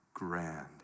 Grand